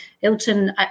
Hilton